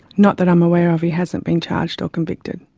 not that i'm aware of, he hasn't been charged or convicted.